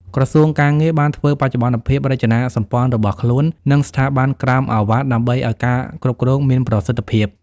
ក្រសួងការងារ បានធ្វើបច្ចុប្បន្នភាពរចនាសម្ព័ន្ធរបស់ខ្លួន និងស្ថាប័នក្រោមឱវាទដើម្បីឱ្យការគ្រប់គ្រងមានប្រសិទ្ធភាព។